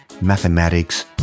mathematics